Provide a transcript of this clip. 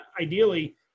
ideally